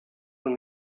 than